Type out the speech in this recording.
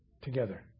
together